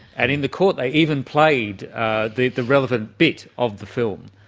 and in the court they even played the the relevant bit of the film.